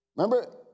Remember